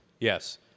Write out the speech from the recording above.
Yes